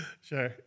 sure